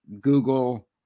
Google